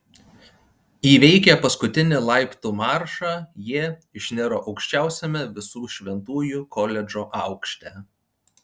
įveikę paskutinį laiptų maršą jie išniro aukščiausiame visų šventųjų koledžo aukšte